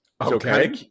Okay